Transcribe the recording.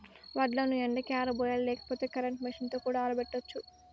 వడ్లను ఎండకి ఆరబోయాలి లేకపోతే కరెంట్ మెషీన్ తో కూడా ఆరబెట్టచ్చు